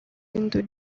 into